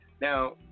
now